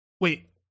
Wait